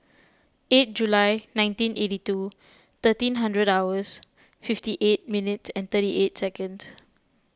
eight July nineteen eighty two thirteen hundred hours fifty eight minutes and thirty eight seconds